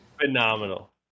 phenomenal